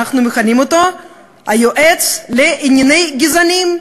אנחנו מכנים "היועץ לענייני גזענים".